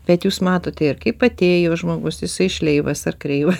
bet jūs matote ir kaip atėjo žmogus jisai šleivas ar kreivas